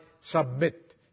submit